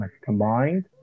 combined